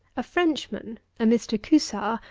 a frenchman, a mr. cusar,